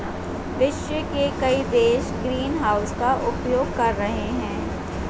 विश्व के कई देश ग्रीनहाउस का उपयोग कर रहे हैं